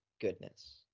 goodness